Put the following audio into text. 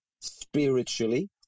spiritually